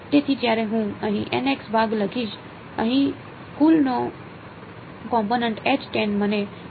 તેથી જ્યારે હું અહીં ભાગ લખીશ અહીં કુલનો કોમ્પોનેંટ મને શું મળશે